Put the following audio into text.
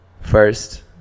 first